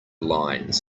lines